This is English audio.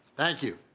thank you.